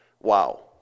Wow